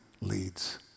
leads